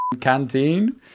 canteen